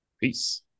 Peace